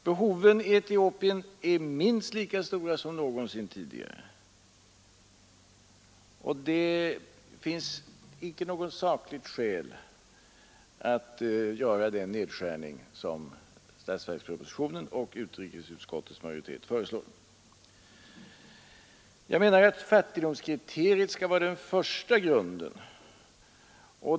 Behoven i Etiopien är minst lika stora som någonsin tidigare, och det finns inte något sakligt skäl att göra den nedskärning som statsverkspropositionen och utrikesutskottets majoritet föreslår. Jag menar att fattigdomskriteriet skall vara den första grunden.